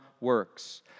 works